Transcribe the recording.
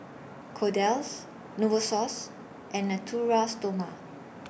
Kordel's Novosource and Natura Stoma